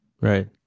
Right